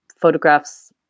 photographs